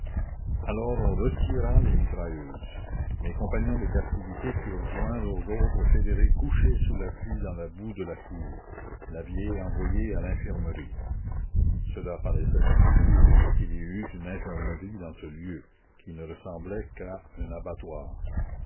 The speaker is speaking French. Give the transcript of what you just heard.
alors on retira les mitrailleuses mes compagnons de captivité furent joints aux autres fédérés couchés sous la pluie dans la la commune boue de la cour la vieille envoyée à l'infirmerie cela paraissait singulier qu'il y eût une infirmerie dans ce lieu qui ne ressemblait qu'à un abattoir